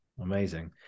amazing